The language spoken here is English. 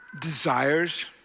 desires